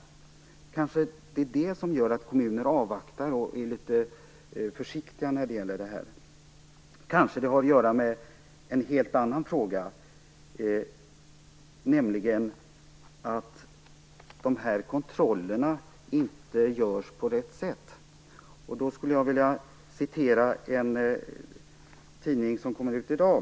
Det kanske är detta som gör att kommunerna avvaktar och är litet försiktiga. Det kan också ha att göra med en helt annan fråga, nämligen att kontrollerna inte görs på rätt sätt. Jag vill då citera ur tidningen Miljömagasinet som kommer ut i dag.